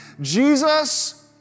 Jesus